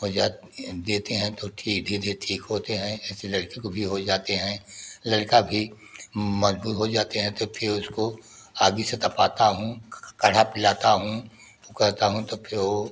हो जाते हैं देते हैं तो धीरे धीरे ठीक होते हैं किसी लड़के को भी हो जाते हैं लड़का भी मजबूत हो जाते हैं तो फिर उसको आग से तपाता हूँ काढ़ा पिलाता हूँ तो कहता हूँ तो फिर वो